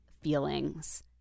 feelings